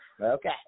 Okay